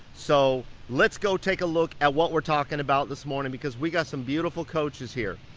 so let's go take a look at what we're talking about this morning, because we got some beautiful coaches here.